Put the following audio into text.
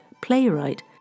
playwright